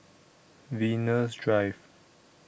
Venus Drive